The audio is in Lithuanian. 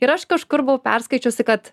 ir aš kažkur buvau perskaičiusi kad